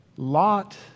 Lot